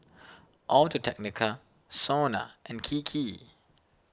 Audio Technica Sona and Kiki